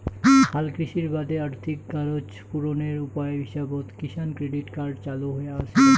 হালকৃষির বাদে আর্থিক গরোজ পূরণের উপায় হিসাবত কিষাণ ক্রেডিট কার্ড চালু হয়া আছিল